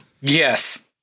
Yes